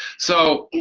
so